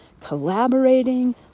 collaborating